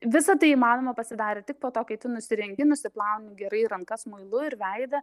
visa tai įmanoma pasidarė tik po to kai tu nusirengi nusiplauni gerai rankas muilu ir veidą